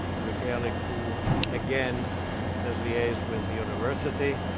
rick alec, who again has liaised with the university,